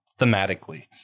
thematically